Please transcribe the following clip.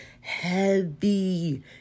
Heavy